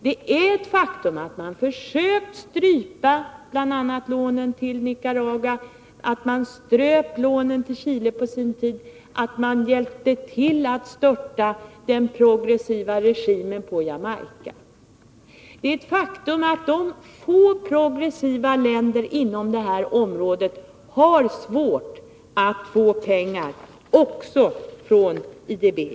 Det är ett faktum att man försökt strypa lånen bl.a. till Nicaragua, att man ströp lånen till Chile på sin tid och att man hjälpte till att störta den progressiva regimen på Jamaica. Det är ett faktum att de få progressiva länderna inom detta område har svårt att få pengar också från IDB.